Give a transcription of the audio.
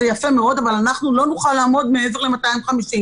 זה יפה מאוד, אבל לא נוכל לעמוד מעבר ל-250.